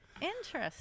Interesting